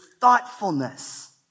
thoughtfulness